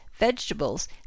vegetables